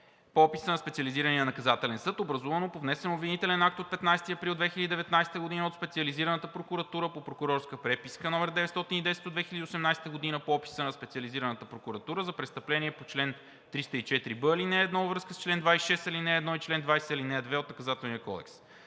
по описа на Специализирания наказателен съд, образувано по внесен обвинителен акт от 15 април 2019 г. от Специализираната прокуратура по прокурорска преписка № 910 от 2018 г. по описа на Специализираната прокуратура за престъпление по чл. 304б, ал. 1, във връзка с чл. 26, ал. 1 и чл. 20, ал. 2 от Наказателния кодекс.